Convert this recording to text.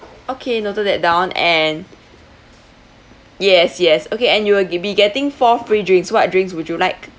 okay noted that down and yes yes okay and you will ge~ be getting four free drinks what drinks would you like